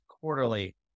quarterly